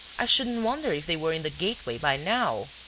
i shouldn't wonder if they were in the gateway by now.